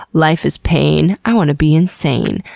life is pain, i want to be insane.